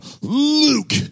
Luke